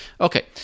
Okay